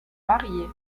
mariés